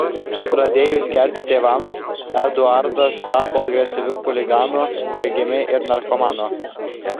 pradėjus gerti tėvams eduardas tapo agresyviu chuliganu vagimi ir narkomanu